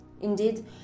Indeed